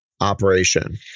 operation